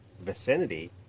vicinity